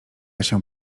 się